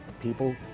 people